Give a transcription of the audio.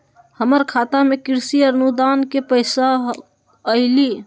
हमर खाता में कृषि अनुदान के पैसा अलई?